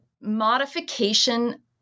modification